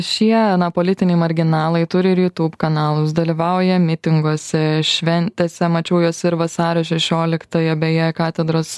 šie politiniai marginalai turi rytų kanalus dalyvauja mitinguose šventėse mačiau juos ir vasario šešioliktąją beje katedros